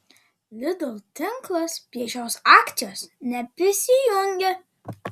lidl tinklas prie šios akcijos neprisijungė